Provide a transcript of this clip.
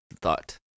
thought